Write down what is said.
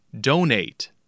Donate